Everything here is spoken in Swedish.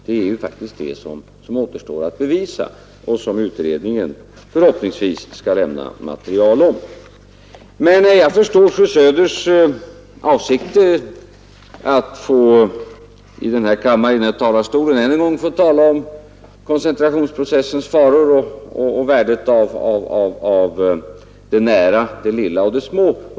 Det är ju faktiskt det som återstår att bevisa och som utredningen förhoppningsvis skall lämna material om. Men jag förstår fru Söders avsikt, nämligen att i kammarens talarstol än en gång få tala om koncentrationens faror och värdet av det nära, det lilla och de små.